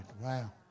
Wow